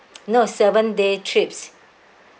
no seven day trips